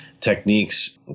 Techniques